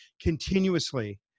continuously